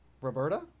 Roberta